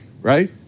right